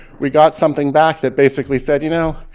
we got something back that basically said, you know,